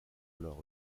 alors